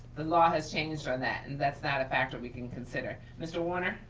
the law has changed on that. and that's not a factor we can consider. mr. warner.